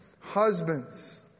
Husbands